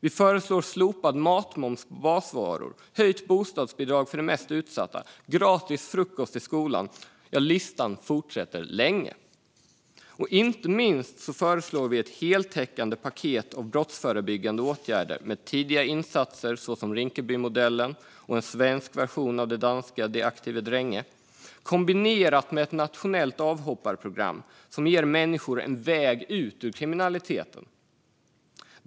Vi föreslår slopad matmoms på basvaror, höjt bostadsbidrag till de mest utsatta och gratis frukost i skolan. Ja, listan är lång. Inte minst föreslår vi ett heltäckande paket av brottsförebyggande åtgärder med tidiga insatser, exempelvis Rinkebymodellen, och en svensk version av det danska De Aktive Drenge, kombinerat med ett nationellt avhopparprogram som ger människor en väg ut ur kriminaliteten.